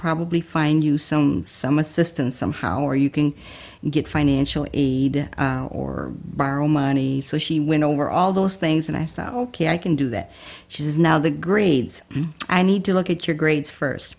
probably find you some some assistance somehow or you can get financial aid or borrow money so she went over all those things and i thought ok i can do that she's now the grades i need to look at your grades first